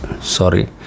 Sorry